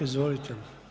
Izvolite.